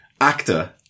Actor